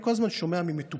אני כל הזמן שומע ממטופלים,